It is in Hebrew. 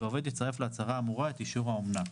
והעובד יצרף להצהרה האמורה את אישור האומנה."